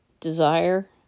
Desire